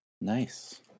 Nice